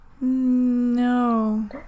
no